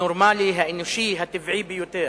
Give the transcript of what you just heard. הנורמלי, האנושי הטבעי ביותר.